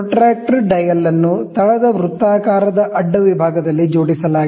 protractor dial ಅನ್ನು ತಳದ ವೃತ್ತಾಕಾರದ ಅಡ್ಡ ವಿಭಾಗದಲ್ಲಿ ಜೋಡಿಸಲಾಗಿದೆ